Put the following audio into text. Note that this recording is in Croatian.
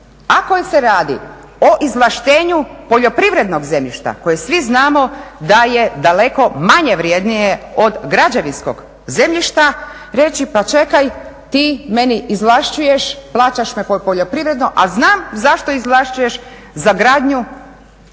ako se radi o izvlaštenu poljoprivrednog zemljišta koje svi znamo da je daleko manje vrjednije od građevinskog zemljišta reći pa čekaj ti meni izvlašćuje, plaćaš me po poljoprivredno a znam zašto izvlašćuješ za gradnju